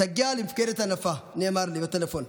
תגיע למפקדת הנפה, נאמר לי בטלפון.